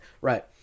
right